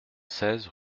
seize